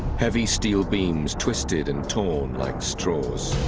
heavy steel beams twisted and torn like straws.